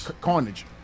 carnage